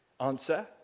Answer